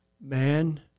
man